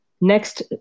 Next